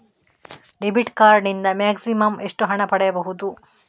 Debit card ನಿಂದ maximum ಎಷ್ಟು ಹಣ ಪಡೆಯಬಹುದು?